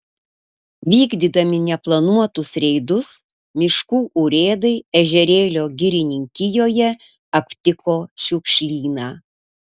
vykdydami neplanuotus reidus miškų urėdai ežerėlio girininkijoje aptiko šiukšlyną